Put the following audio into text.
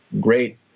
great